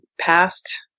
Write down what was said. past